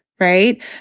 right